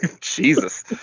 Jesus